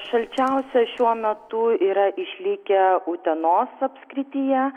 šalčiausia šiuo metu yra išlikę utenos apskrityje